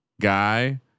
guy